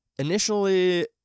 initially